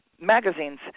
Magazines